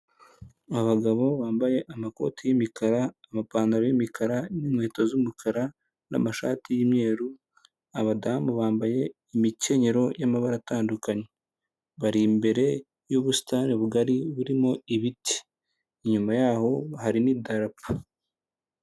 Abagabo bambaye amakoti y'imikara amapantalo y'umukara n'inkweto z'umukara n'amashati y'umweru, abadamu bambaye imikenyero y'amabara atandukanye bari imbere y'ubusitani bugari burimo ibiti inyuma y'aho hari n'idarapo.